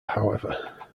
however